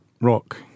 rock